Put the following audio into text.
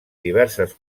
diverses